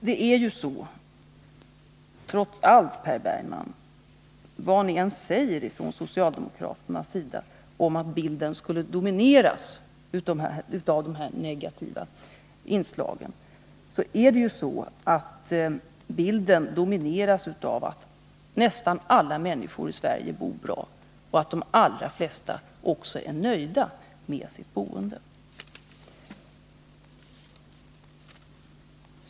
Det är trots allt så, Per Bergman — vad socialdemokraterna än säger om att bilden domineras av dessa negativa inslag — att nästan alla människor i Sverige bor bra, och de allra flesta är också nöjda med sin bostad.